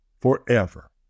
forever